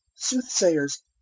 Soothsayers